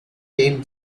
came